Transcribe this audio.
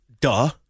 duh